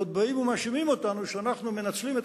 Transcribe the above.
עוד באים ומאשימים אותנו שאנחנו מנצלים את